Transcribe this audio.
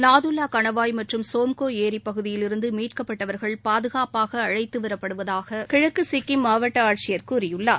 நாதல்லா கணவாய் மற்றும் சோம்கோ ஏரி பகுதியில் இருந்து மீட்கப்பட்டவர்கள் பாதுகாப்பாக அழைத்துவரப்படுவதாக கிழக்கு சிக்கிம் மாவட்ட ஆட்சியர் கூறியுள்ளார்